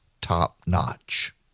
top-notch